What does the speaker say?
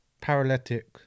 paralytic